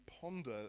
ponder